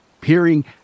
peering